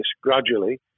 gradually